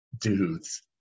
dudes